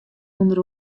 ûnder